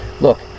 Look